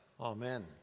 Amen